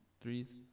threes